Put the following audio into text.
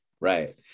Right